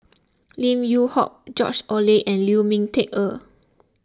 Lim Yew Hock George Oehlers and Lu Ming Teh Earl